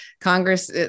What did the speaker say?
Congress